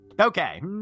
Okay